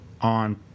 on